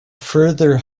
further